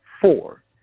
four